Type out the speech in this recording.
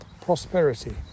prosperity